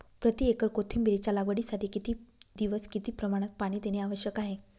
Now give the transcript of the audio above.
प्रति एकर कोथिंबिरीच्या लागवडीसाठी किती दिवस किती प्रमाणात पाणी देणे आवश्यक आहे?